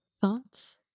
thoughts